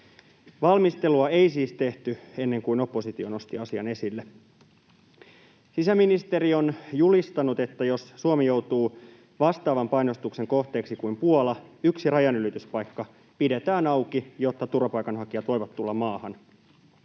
Valmistelua ei siis tehty ennen kuin oppositio nosti asian esille. Sisäministeri on julistanut, että jos Suomi joutuu vastaavan painostuksen kohteeksi kuin Puola, yksi rajanylityspaikka pidetään auki, jotta turvapaikanhakijat voivat tulla maahan.